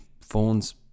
phones